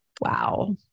Wow